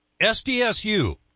SDSU